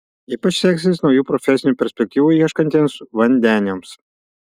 ypač seksis naujų profesinių perspektyvų ieškantiems vandeniams